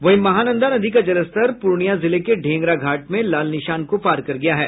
वहीं महानंदा नदी का जलस्तर पूर्णिया जिले के ढेंगरा घाट में लाल निशान को पार कर गया है